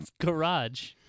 Garage